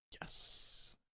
Yes